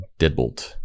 Deadbolt